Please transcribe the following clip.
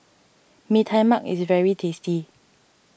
Mee Tai Mak is very tasty